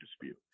dispute